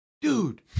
dude